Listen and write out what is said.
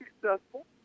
successful